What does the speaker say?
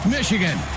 Michigan